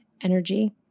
energy